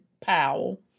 Powell